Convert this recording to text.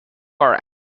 are